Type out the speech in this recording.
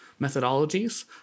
methodologies